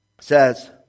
says